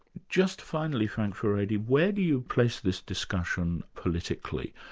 just finally frank furedi where do you place this discussion politically?